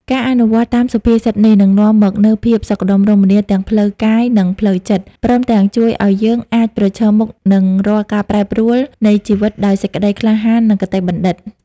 ការអនុវត្តតាមសុភាសិតនេះ នឹងនាំមកនូវភាពសុខដុមរមនាទាំងផ្លូវកាយ និងផ្លូវចិត្ត ព្រមទាំងជួយឱ្យយើងអាចប្រឈមមុខនឹងរាល់ការប្រែប្រួលនៃជីវិតដោយសេចក្តីក្លាហាន និងគតិបណ្ឌិត។